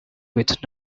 with